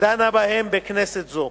דנה בהן בכנסת זו.